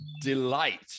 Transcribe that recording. delight